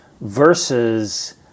versus